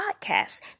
podcasts